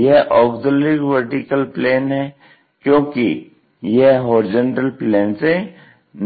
यह auxiliary vertical plane है क्योंकि यह HP से